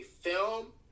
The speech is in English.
Film